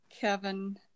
Kevin